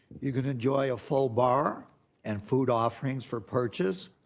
you can enjoy a full bar and food offerings for purchase.